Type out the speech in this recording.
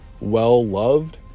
well-loved